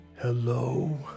Hello